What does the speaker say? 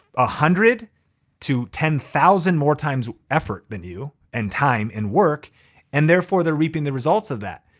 ah hundred to ten thousand more times effort than you and time and work and therefore, they're reaping the results of that.